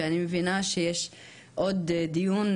ואני מבינה שיש עוד דיון,